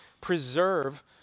preserve